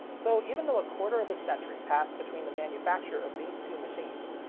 so, even though a quarter of a century passed between the manufacture of these two machines,